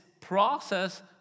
process